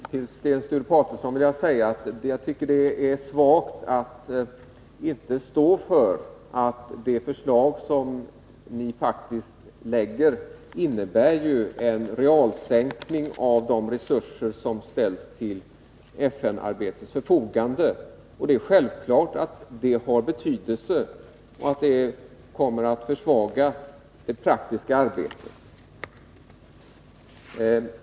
Fru talman! Till Sten Sture Paterson vill jag säga, att det är svagt att ni inte kan stå för att ert förslag faktiskt innebär en realsänkning av de resurser som ställs till FN-arbetets förfogande. Det är självklart att detta har betydelse och att det kommer att försvaga det praktiska arbetet.